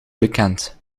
bekend